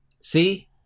See